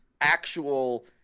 actual